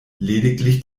lediglich